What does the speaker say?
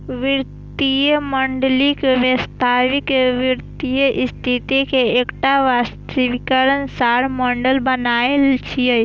वित्तीय मॉडलिंग वास्तविक वित्तीय स्थिति के एकटा वास्तविक सार मॉडल बनेनाय छियै